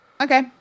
Okay